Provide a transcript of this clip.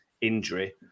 injury